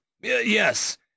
Yes